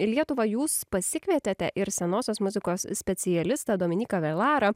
į lietuvą jūs pasikvietėte ir senosios muzikos specialistą dominiką vėlarą